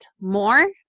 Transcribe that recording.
more